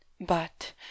But